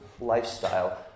lifestyle